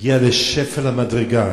הגיע לשפל המדרגה,